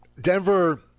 Denver